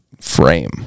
frame